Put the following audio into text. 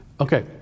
Okay